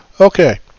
Okay